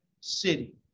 city